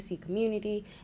community